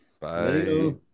Bye